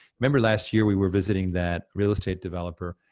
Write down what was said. remember last year we were visiting that real estate developer.